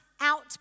out